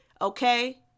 Okay